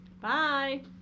Bye